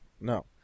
No